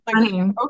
Okay